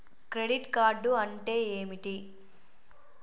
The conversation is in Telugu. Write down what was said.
క్రెడిట్ కార్డ్ అంటే ఏమిటి?